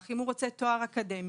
אך אם הוא רוצה תואר אקדמי,